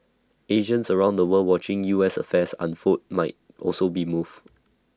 Asians around the world watching U S affairs unfold might also be moved